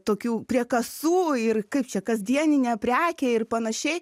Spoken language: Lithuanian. tokių prie kasų ir kaip čia kasdieninė prekė ir panašiai